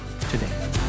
today